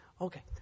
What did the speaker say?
Okay